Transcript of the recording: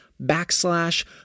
backslash